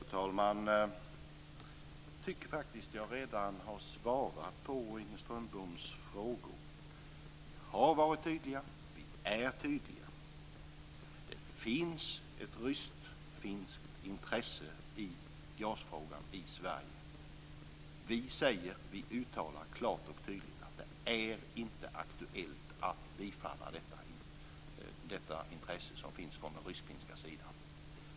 Fru talman! Jag tycker faktiskt att jag redan har svarat på Inger Strömboms frågor. Vi har varit tydliga, och vi är tydliga. Det finns ett rysk-finskt intresse i gasfrågan i Sverige. Vi uttalar klart och tydligt att det inte är aktuellt att bifalla detta intresse från den rysk-finska sidan.